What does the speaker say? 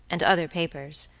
and other papers,